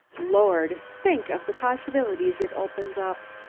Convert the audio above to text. lord! think of the possibilities it opens up.